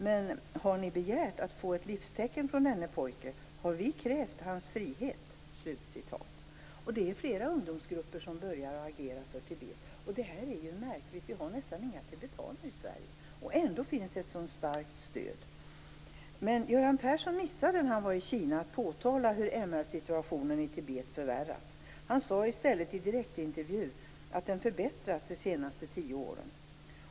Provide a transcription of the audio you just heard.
Men har vi begärt att få ett livstecken från denne pojke, har vi krävt hans frihet?" Det är flera ungdomsgrupper som har börjat agera för Tibet, och detta är märkligt. Det finns nästan inga tibetaner i Sverige, och ändå finns det ett sådant starkt stöd. Men när Göran Persson var i Kina missade han att påtala hur MR-situationen i Tibet förvärrats. Han sade i stället i direktintervju att den hade förbättrats under de senaste tio åren.